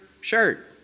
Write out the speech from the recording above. shirt